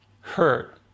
hurt